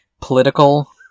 political